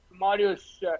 Marius